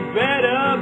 better